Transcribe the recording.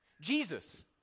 Jesus